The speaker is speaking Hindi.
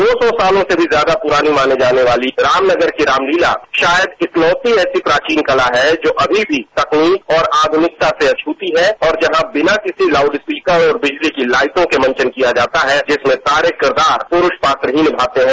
दो सौ सालों से भी ज्यादा प्रानी माने जानी वाली रामनगर की रामलीला शायद इकलौती ऐसी प्राचीन कला है जो अमी भी तकनीक और आधुनिकता से अछ्ती है और जहां बिना किसी लाउडस्पीकर और बिजली की लाइटो के मंचन किया जाता है जिसमें सारे किरदार पुरुष पात्र ही निमाते हैं